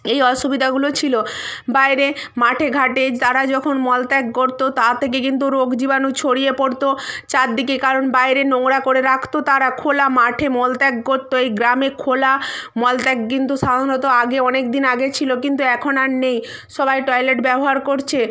এই অসুবিধাগুলো ছিলো বাইরে মাঠে ঘাটে তারা যখন মল ত্যাগ করত তার থেকে কিন্তু রোগ জীবাণু ছড়িয়ে পড়ত চারদিকে কারণ বাইরে নোংরা করে রাখত তারা খোলা মাঠে মল ত্যাগ করত এই গ্রামে খোলা মল ত্যাগ কিন্তু সাধারণত আগে অনেকদিন আগে ছিলো কিন্তু এখন আর নেই সবাই টয়লেট ব্যবহার করছে